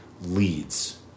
leads